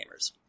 Gamers